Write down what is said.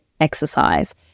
exercise